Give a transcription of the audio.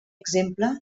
exemple